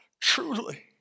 Truly